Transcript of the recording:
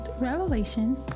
revelation